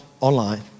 online